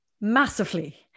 massively